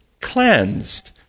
cleansed